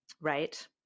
right